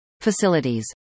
Facilities